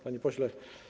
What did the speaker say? Panie Pośle!